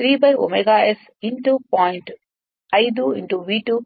5 V 2